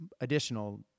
additional